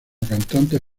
cantantes